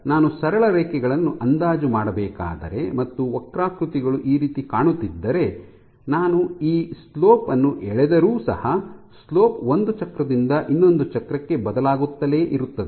ನಾನು ಸರಳ ರೇಖೆಗಳನ್ನು ಅಂದಾಜು ಮಾಡಬೇಕಾದರೆ ಮತ್ತು ವಕ್ರಾಕೃತಿಗಳು ಈ ರೀತಿ ಕಾಣುತ್ತಿದ್ದರೆ ನಾನು ಈ ಸ್ಲೋಪ್ ನ್ನು ಎಳೆದರೂ ಸಹ ಸ್ಲೋಪ್ ಒಂದು ಚಕ್ರದಿಂದ ಇನ್ನೊಂದು ಚಕ್ರಕ್ಕೆ ಬದಲಾಗುತ್ತಲೇ ಇರುತ್ತದೆ